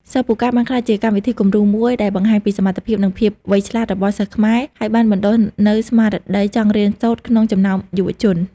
សិស្សពូកែ បានក្លាយជាកម្មវិធីគំរូមួយដែលបង្ហាញពីសមត្ថភាព និងភាពវៃឆ្លាតរបស់សិស្សខ្មែរ ហើយបានបណ្ដុះនូវស្មារតីចង់រៀនសូត្រក្នុងចំណោមយុវជន។